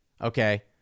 Okay